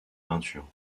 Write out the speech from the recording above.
peintures